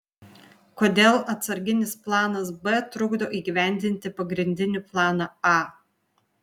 kodėl atsarginis planas b trukdo įgyvendinti pagrindinį planą a